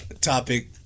topic